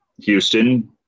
Houston